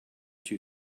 two